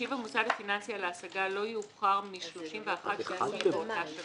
ישיב המוסד הפיננסי על ההשגה לא יאוחר מ-31 ביולי באותה שנה;